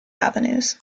avenues